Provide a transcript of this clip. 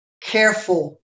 careful